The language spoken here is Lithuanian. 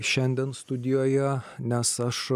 šiandien studijoje nes aš